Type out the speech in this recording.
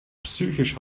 psychisch